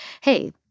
hey